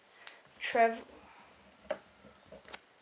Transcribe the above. travel